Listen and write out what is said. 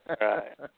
right